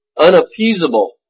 Unappeasable